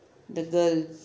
the girl yes